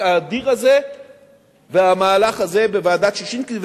האדיר הזה והמהלך הזה בוועדת-ששינסקי.